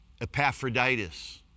Epaphroditus